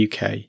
UK